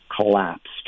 collapsed